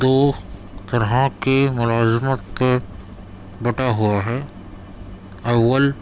دو طرح کے ملازمت پر بٹا ہوا ہے اول